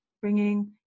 Bringing